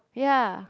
ya